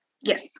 Yes